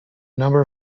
number